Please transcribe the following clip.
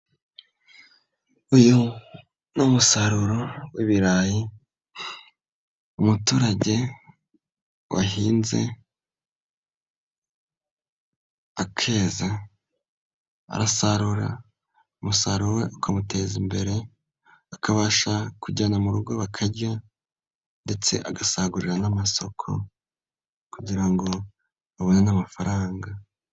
Uyu ni musaruro w'ibirayi umuturage wahinze akeza arasarura umusaruro we ukamuteza imbere akabasha kujyana mu rugo bakarya, ndetse agasagurira n'amasoko kugira ngo abone amafaranga.